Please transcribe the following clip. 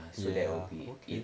so that will be